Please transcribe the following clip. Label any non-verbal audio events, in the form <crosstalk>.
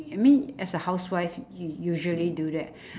I mean as a housewife y~ you usually do that <breath>